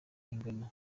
ingano